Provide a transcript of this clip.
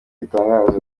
itangaza